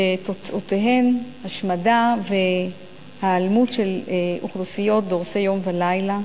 שתוצאותיהן השמדה והיעלמות של אוכלוסיות דורסי יום ולילה,